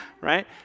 Right